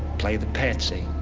play the patsy.